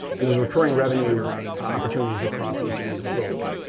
and there's recurring revenue opportunities across each of these roles.